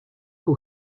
who